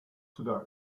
today